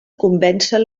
convèncer